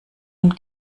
und